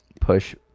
push